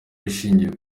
ishingiye